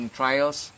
trials